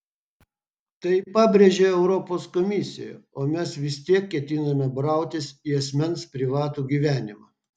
tai pabrėžia europos komisija o mes vis tiek ketiname brautis į asmens privatų gyvenimą